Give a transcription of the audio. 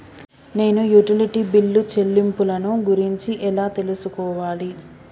నేను utility bill చెల్లింపులను గురించి ఎలా తెలుసుకోవాలి?